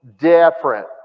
different